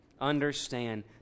understand